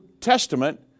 Testament